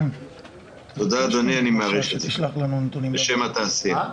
תודה אדוני, אני מעריך את זה בשם התעשייה.